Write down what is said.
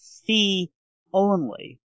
fee-only